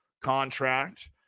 contract